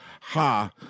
ha